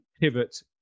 pivot